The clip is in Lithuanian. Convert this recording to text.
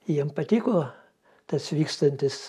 jiem patiko tas vykstantis